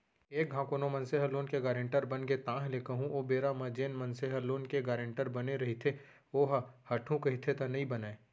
एक घांव कोनो मनसे ह लोन के गारेंटर बनगे ताहले कहूँ ओ बेरा म जेन मनसे ह लोन के गारेंटर बने रहिथे ओहा हटहू कहिथे त नइ बनय